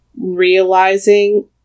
realizing